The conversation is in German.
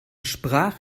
sprach